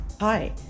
Hi